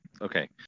Okay